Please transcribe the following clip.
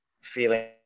feeling